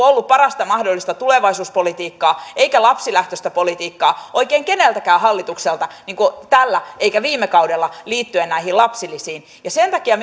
ollut parasta mahdollista tulevaisuuspolitiikkaa eikä lapsilähtöistä politiikkaa oikein keneltäkään hallitukselta tällä eikä viime kaudella liittyen näihin lapsilisiin ja sen takia